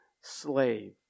slave